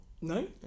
No